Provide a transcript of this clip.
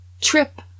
Trip